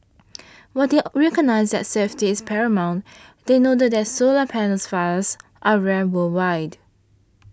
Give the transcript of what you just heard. while they are recognised that safety is paramount they noted that solar panels fires are rare worldwide